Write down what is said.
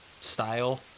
style